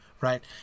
right